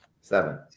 Seven